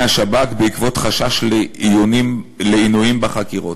השב"כ בעקבות חשש לעינויים בחקירות.